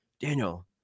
daniel